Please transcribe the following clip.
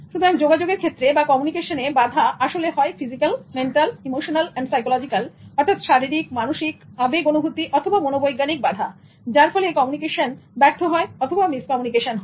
সুতরাং যোগাযোগের ক্ষেত্রে বা কমিউনিকেশনে বাধা আসলে হয় ফিজিক্যাল মেন্টাল ইমোশনাল এন্ড সাইকোলজিক্যালঅর্থাৎ শারীরিকমানসিক আবেগ অনুভূতি অথবা মনোবৈজ্ঞানিক বাধাযার ফলে কমিউনিকেশন ব্যর্থ হয় অথবা মিসকমিউনিকেশন হয়